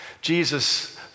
Jesus